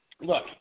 Look